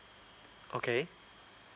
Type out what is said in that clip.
okay